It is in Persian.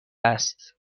است